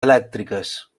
elèctriques